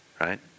right